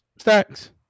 stacks